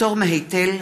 פטור מהיטל),